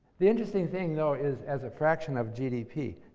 the interesting thing though is as a fraction of gdp.